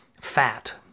fat